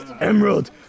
emerald